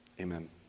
amen